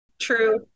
True